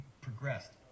progressed